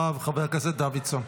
חבר הכנסת דוידסון.